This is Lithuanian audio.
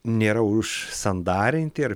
nėra užsandarinti ir